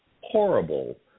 horrible